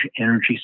energy